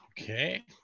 Okay